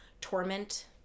torment